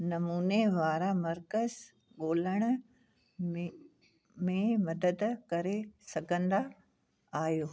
नमूने वारा मर्कज़ ॻोल्हण में मदद करे सघंदा आहियो